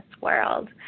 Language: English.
world